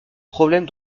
problème